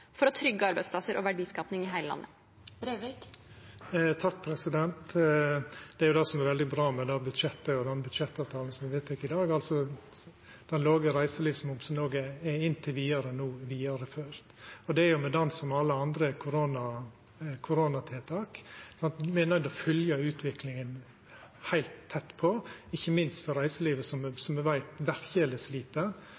for å trygge arbeidsplasser og verdiskaping i hele landet? Det er jo det som er veldig bra med det budsjettet og den budsjettavtalen som me vedtek i dag – den låge reiselivsmomsen er inntil vidare no vidareført. Det er jo med den som med alle andre koronatiltak at me er nøydde til å følgja utviklinga heilt tett på, ikkje minst i reiselivet, som